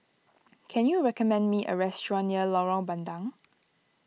can you recommend me a restaurant near Lorong Bandang